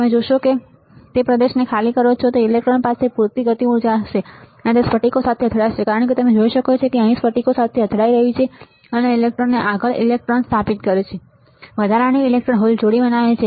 તમે જોશો કે જ્યારે તમે પ્રદેશને ખાલી કરો છો ત્યારે ઇલેક્ટ્રોન પાસે પૂરતી ગતિ ઊર્જા હશે અને તે સ્ફટિકો સાથે અથડાશે કારણ કે તમે જોઈ શકો છો કે તે અહીં સ્ફટિકો સાથે અથડાઈ રહ્યું છે અને આ ઇલેક્ટ્રોનને આગળ ઇલેક્ટ્રોન સ્થાપિત કરે છે અને વધારાની ઇલેક્ટ્રોન હોલ જોડી બનાવે છે